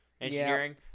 engineering